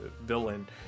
villain